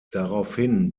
daraufhin